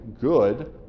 good